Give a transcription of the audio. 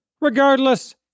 Regardless